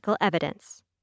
Evidence